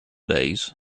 days